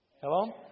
Hello